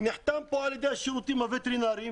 נחתם פה על ידי השירותים הווטרינרים.